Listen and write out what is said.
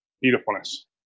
beautifulness